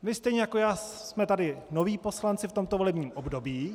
Vy stejně jako já jsme tady noví poslanci v tomto volebním období.